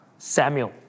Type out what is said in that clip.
Samuel